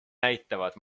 näitavad